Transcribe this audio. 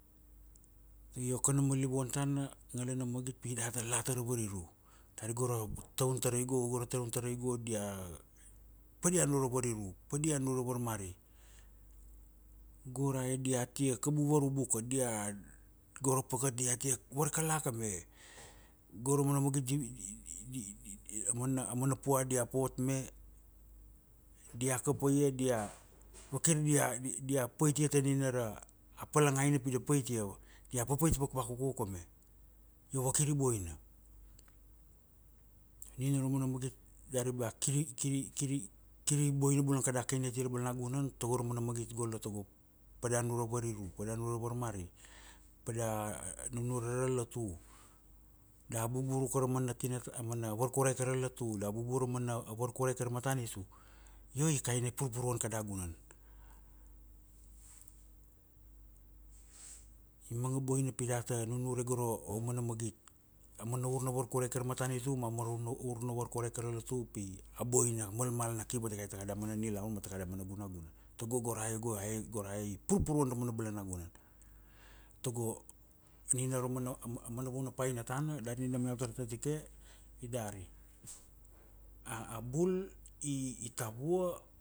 Io kanama livuan tana, ngalana magit pi data la tara variru. Dari go ra taun tarai go, taun tarai go dia, padia nunure ra variru. Padia nunure ra varmari. Go ra e diatia kabu varubu ka. Dia, go ra pakat dia tia varkala ka me. Go ra mana magi amana, amana pua dia pot me, dia kapa ia dia, vakir dia, dia di dia pait ia tanina ra palangaina pi da paitia. Diat papait vakvakuku me. Io go kiri boina. Nina ra mana magit dari ba kir kir kir kir kir boina bula kada kini ati ra balangunan. Tago ra mana magit golo tago, pada nunre ra variru, pada nunure ra varmari. Pada nunure ra latu. Da bubur uka ra mana tina, a mana varkurai tara latu, da bubur ra mana varkurai tara natanitu. Io i kaina, i purpuruan kada gunan. I manga boina pi data nunure go ra, aumana magit. Aumana ur na varkurai kaira matanitu ma mana ur na varkurai kai ra latu pi, a boina a malmal na ki vatikai ta kada mana nilaun ma takada mana gunagunan. Tago gora e go a e gora i purpuruan ramana balangunanTago, nina raman, amana, mana vunapaina tana dari nam iau tar tatike, i dari, A bul i tavua,